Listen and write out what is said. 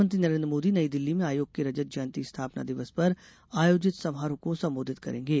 प्रधानमंत्री नरेन्द्र मोदी नई दिल्ली में आयोग के रजत जयंती स्थापना दिवस पर आयोजित समारोह को संबोधित करेंगे